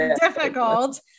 difficult